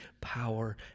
power